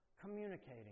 communicating